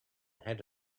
ahead